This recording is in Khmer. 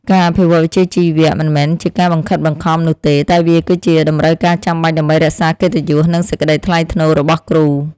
ការអភិវឌ្ឍវិជ្ជាជីវៈមិនមែនជាការបង្ខិតបង្ខំនោះទេតែវាគឺជាតម្រូវការចាំបាច់ដើម្បីរក្សាកិត្តិយសនិងសេចក្តីថ្លៃថ្នូររបស់គ្រូ។